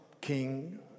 king